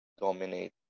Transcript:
dominate